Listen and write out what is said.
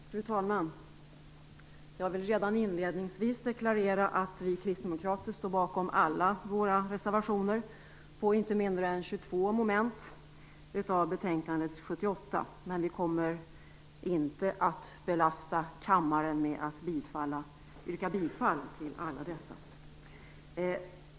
Fru talman! Jag vill redan inledningsvis deklarera att vi kristdemokrater står bakom alla våra reservationer - på inte mindre än 22 av betänkandets 78 moment - men att vi inte kommer att belasta kammaren med att yrka bifall till alla dessa.